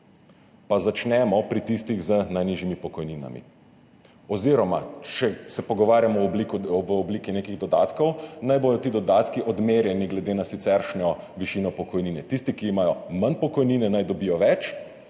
Pa začnemo pri tistih z najnižjimi pokojninami oziroma če se pogovarjamo o v obliki nekih dodatkov, naj bodo ti dodatki odmerjeni glede na siceršnjo višino pokojnine. Tisti, ki imajo manj pokojnine, naj dobijo več,